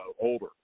older